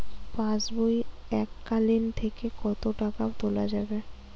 পাশবই এককালীন থেকে কত টাকা তোলা যাবে?